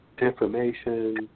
information